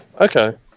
Okay